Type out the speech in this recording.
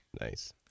Nice